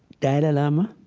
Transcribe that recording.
dalai lama,